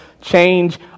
change